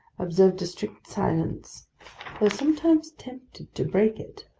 observed a strict silence, though sometimes tempted to break it,